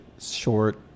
short